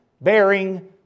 Bearing